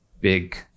big